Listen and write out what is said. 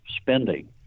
spending